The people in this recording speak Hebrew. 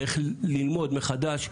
צריך ללמוד מחדש,